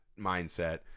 mindset